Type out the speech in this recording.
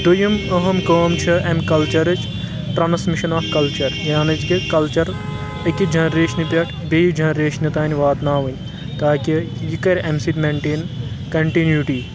دٔیِم أہم کٲم چھِ امہِ کلچرچ ٹرانسمیشن آف کلچر یانے کہِ کلچر أکِس جنریشنہِ پؠٹھ بیٚیہِ جنریشنہٕ تانۍ واتناوٕنۍ تاکہِ یہِ کَرِ امہِ سۭتۍ مینٹین کنٹِنیوٗٹی